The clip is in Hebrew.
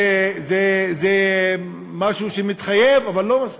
זה משהו שמתחייב, אבל לא מספיק.